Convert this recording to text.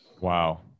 Wow